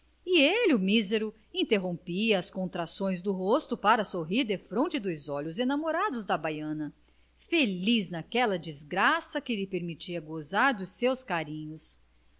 e ele o mísero interrompia as contrações do rosto para sorrir defronte dos olhos enamorados da baiana feliz naquela desgraça que lhe permitia gozar dos seus carinhos